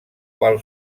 qual